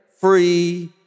free